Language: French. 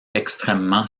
extrêmement